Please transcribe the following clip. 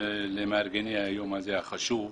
ולמארגני היום החשוב הזה,